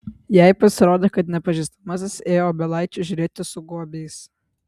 jai pasirodė kad nepažįstamasis ėjo obelaičių žiūrėti su guobiais